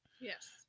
Yes